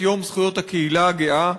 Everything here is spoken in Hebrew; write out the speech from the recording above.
את יום זכויות הקהילה הגאה.